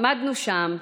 עמדנו שם,